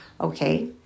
okay